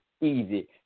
easy